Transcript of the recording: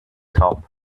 top